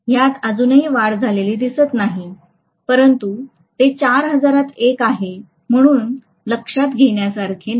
ह्यात अजूनही वाढत झालेली दिसत नाही परंतु ते आहे म्हणून लक्षात घेण्यासारखेही नाही